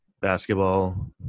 basketball